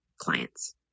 clients